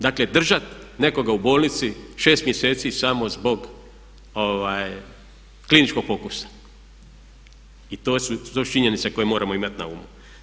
Dakle, držat nekoga u bolnici šest mjeseci samo zbog kliničkog pokusa i to su činjenice koje moramo imati na umu.